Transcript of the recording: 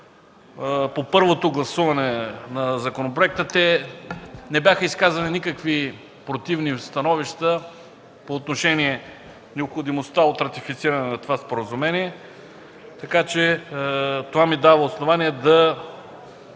по първото гласуване на законопроекта, не бяха изказани никакви противни становища по отношение необходимостта от ратифициране на това споразумение. Това ми дава основание да